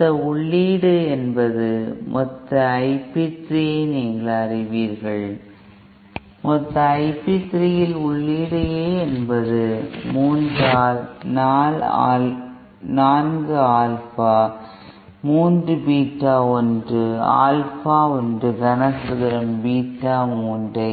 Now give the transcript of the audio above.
மொத்த உள்ளீடு என்பது எனில் மொத்த I p 3 ஐ நீங்கள் அறிவீர்கள் மொத்த Ip3 இல் உள்ளீடு A என்பது 3 ஆல் 4 ஆல்ஃபா 3 பீட்டா 1 ஆல்பா 1 கனசதுரம் பீட்டா 3 வை